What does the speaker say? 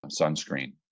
sunscreen